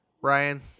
Brian